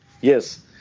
Yes